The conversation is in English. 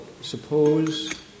suppose